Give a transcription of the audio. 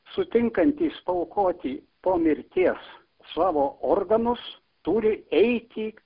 sutinkantis aukoti po mirties savo organus turi eiti